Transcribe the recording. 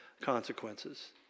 consequences